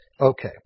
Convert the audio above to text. Okay